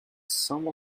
some